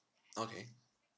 okay